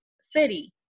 city